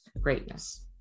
greatness